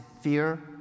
fear